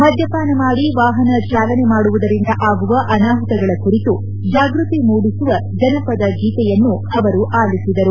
ಮದ್ಯಪಾನ ಮಾಡಿ ವಾಪನ ಚಾಲನೆ ಮಾಡುವುದರಿಂದ ಆಗುವ ಅನಾಮತಗಳ ಕುರಿತು ಜಾಗೃತಿ ಮೂಡಿಸುವ ಜನಪದ ಗೀತೆಯನ್ನೂ ಅವರು ಅಲಿಸಿದರು